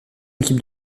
équipe